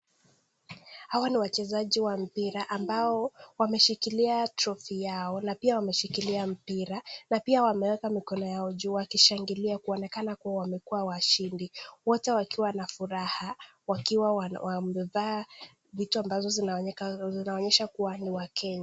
Hawa ni wachezaji wa mpira ambao wameshikilia trophy yao na pia wameshikilia mpira na pia wameweka mikono yao juu wakishangilia kuonekana kuwa wamekua washindi, wote wakiwa na furaha wakiwa wamevaa vitu ambazo zinaonyesha kuwa ni wakenya.